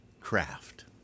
craft